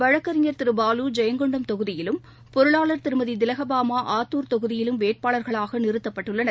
வழக்கறிஞர் திருபாலுஜெயங்கொண்டம் தொகுதியிலும் பொருளாளர் திருமதிதிலகபாமாஆத்தார் தொகுதியிலும் வேட்பாளர்களாகநிறுத்தப்பட்டுள்ளனர்